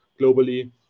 globally